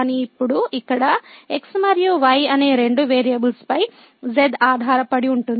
కానీ ఇప్పుడు ఇక్కడ x మరియు y అనే రెండు వేరియబుల్స్ పై z ఆధారపడి ఉంటుంది